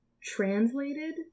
translated